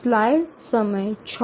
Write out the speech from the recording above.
1